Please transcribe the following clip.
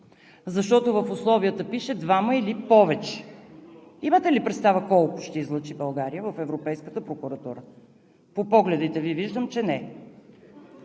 Защото в условията пише: „двама или повече“. Имате ли представа колко ще излъчи България в Европейската прокуратура? По погледите Ви виждам, че не.